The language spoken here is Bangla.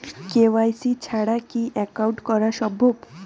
কে.ওয়াই.সি ছাড়া কি একাউন্ট করা সম্ভব?